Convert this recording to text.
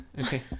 Okay